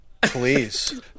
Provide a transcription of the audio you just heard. Please